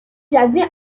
j’avais